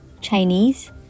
Chinese